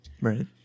Right